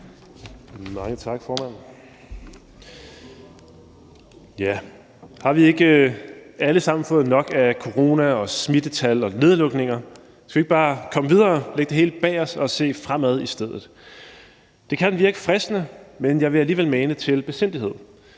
Har vi ikke alle sammen fået nok af corona og smittetal og nedlukninger? Skal vi ikke bare komme videre og lægge det hele bag os og i stedet se fremad? Det kan virke fristende, men jeg vil alligevel mane til besindighed.